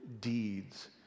deeds